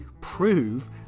prove